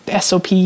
SOP